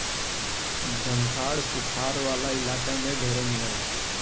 झंखाड़ सुखार वाला इलाका में ढेरे मिलेला